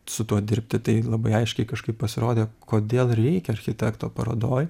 su tuo dirbti tai labai aiškiai kažkaip pasirodė kodėl reikia architekto parodoj